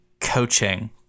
coaching